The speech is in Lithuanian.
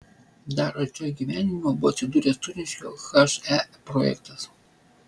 dar arčiau įgyvendinimo buvo atsidūręs turniškių he projektas